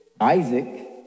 Isaac